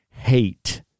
Hate